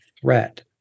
threat